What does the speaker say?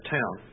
town